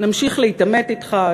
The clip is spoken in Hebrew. נמשיך להתעמת אתך,